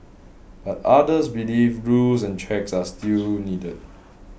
but others believe rules and checks are still needed